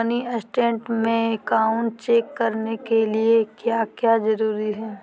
Mini state में account check करने के लिए क्या क्या जरूरी है?